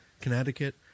Connecticut